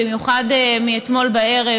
במיוחד מאתמול בערב,